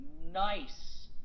nice